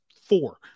four